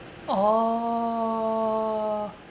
orh